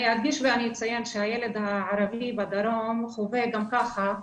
אדגיש ואציין שהילד הערבי בדרום חווה גם כך,